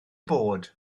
bod